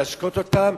להשקות אותם,